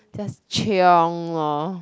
just lor